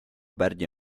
pärdi